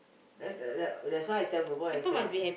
that that that's why I tell boy boy I say